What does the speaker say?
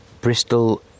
Bristol